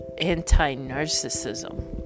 anti-narcissism